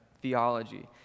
theology